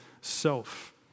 self